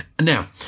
Now